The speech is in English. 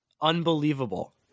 Unbelievable